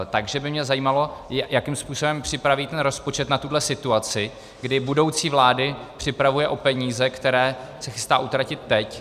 Takže by mě zajímalo, jakým způsobem připraví rozpočet na tuto situaci, kdy budoucí vlády připravuje o peníze, které se chystá utratit teď.